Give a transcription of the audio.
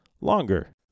longer